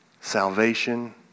salvation